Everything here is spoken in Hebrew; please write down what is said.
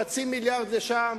חצי מיליארד לשם,